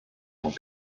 tant